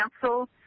cancel –